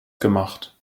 gemacht